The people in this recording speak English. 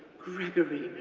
gregory,